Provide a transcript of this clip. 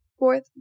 Fourth